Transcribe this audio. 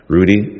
Rudy